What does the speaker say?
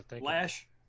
Lash